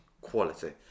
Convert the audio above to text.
quality